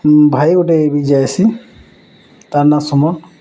ଭାଇ ଗୋଟେ ବି ଯାଏସି ତା ନା ସମ